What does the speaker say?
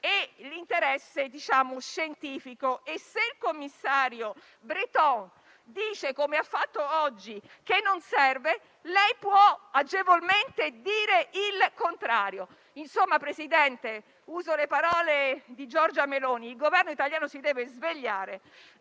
e l'interesse scientifico. Se il commissario Breton dice - come ha fatto oggi - che non serve, lei può agevolmente dire il contrario. Insomma, signor Presidente, uso le parole di Giorgia Meloni nel dire che il Governo italiano si deve svegliare